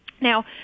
Now